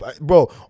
Bro